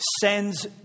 sends